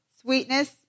sweetness